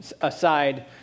aside